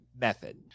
method